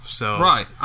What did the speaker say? Right